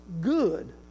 good